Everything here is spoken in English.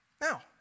Now